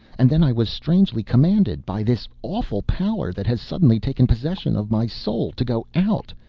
and then i was strangely commanded, by this awful power that has suddenly taken possession, of my soul, to go out.